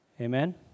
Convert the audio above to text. Amen